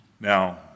now